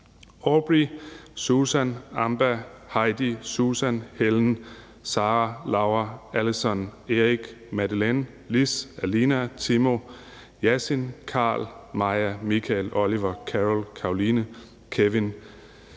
Aubrey, Susan, Ambah, Heidi, Susan, Helen, Sarah, Laura, Alison, Erik, Madeleine, Liz, Alina, Timo, Yasin, Carl, Maya, Michael, Oliver, Carol, Caroline, Kevin,